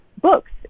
books